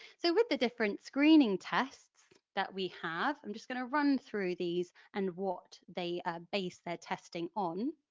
so with the different screening tests that we have, i'm just going to run through these and what they base their testing on.